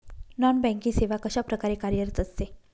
Non banking सेवा कशाप्रकारे कार्यरत असते?